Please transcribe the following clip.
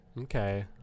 Okay